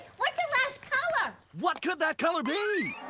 what's the last color? what could that color?